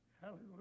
hallelujah